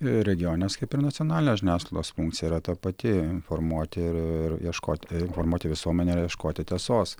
regioninės kaip ir nacionalinės žiniasklaidos funkcija yra ta pati informuoti ir ieškoti informuoti visuomenę ir ieškoti tiesos